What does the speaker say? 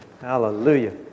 hallelujah